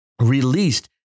released